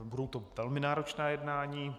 Budou to velmi náročná jednání.